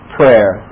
prayer